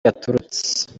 yaturutse